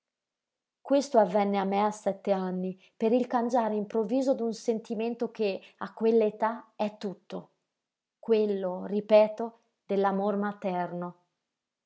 questo avvenne a me a sette anni per il cangiare improvviso d'un sentimento che a quell'età è tutto quello ripeto dell'amor materno